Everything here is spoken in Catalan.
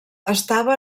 estava